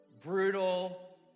brutal